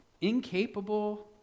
incapable